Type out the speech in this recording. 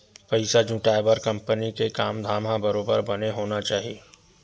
पइसा जुटाय बर कंपनी के काम धाम ह बरोबर बने होना चाही